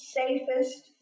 safest